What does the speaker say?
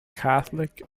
catholic